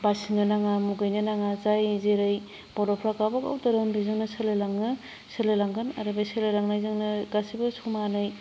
बासिनो नाङा मुगैनो नाङा जाय जेरै बर'फ्रा गावबा गाव धोरोम बेजोंनो सोलिलाङो सोलिलांगोन आरो बे सोलिलांनायजोंनो गासैबो समानै